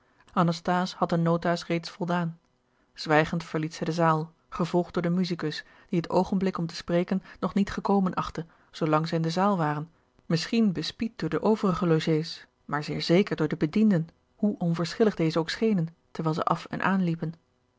anasthase had de nota's reeds voldaan zwijgend verliet zij de zaal gevolgd door den musicus die het oogenblik om te spreken nog niet gekomen achtte zoolang zij in de zaal waren misschien bespied door de overige logés maar zeer zeker door de bedienden hoe onverschillig deze ook schenen terwijl zij af en aanliepen